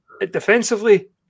defensively